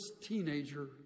teenager